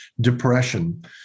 depression